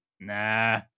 nah